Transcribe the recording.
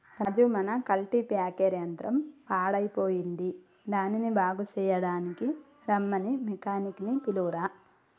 రాజు మన కల్టిప్యాకెర్ యంత్రం పాడయ్యిపోయింది దానిని బాగు సెయ్యడానికీ రమ్మని మెకానిక్ నీ పిలువురా